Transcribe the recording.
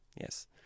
yes